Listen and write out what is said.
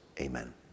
Amen